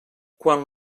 quan